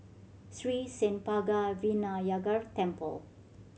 Sri Senpaga Vinayagar Temple